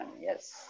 yes